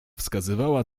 wskazywała